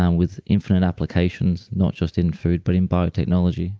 um with infinite applications not just in food but in biotechnology